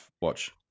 watch